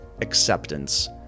acceptance